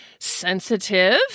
sensitive